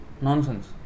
Nonsense